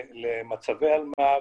למצבי אלמ"ב,